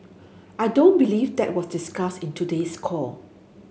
I don't believe that was discussed in today's call